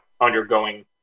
undergoing